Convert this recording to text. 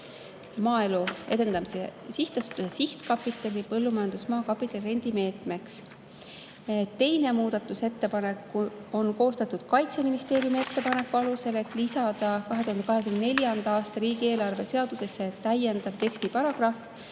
Maaelu Edendamise Sihtasutuse sihtkapitali põllumajandusmaa kapitalirendi meetmeks. Teine muudatusettepanek on koostatud Kaitseministeeriumi ettepaneku alusel, et lisada 2024. aasta riigieelarve seadusesse täiendav tekstiparagrahv,